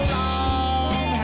long